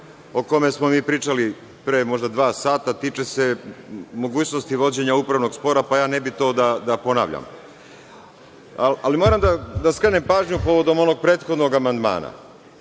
o kome smo pričali pre možda dva sata. Tiče se mogućnosti vođenja upravnog spora, pa ne bih to da ponavljam. Moram da skrenem pažnju povodom onog prethodnog amandmana.